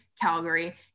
Calgary